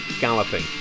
Galloping